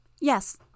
Yes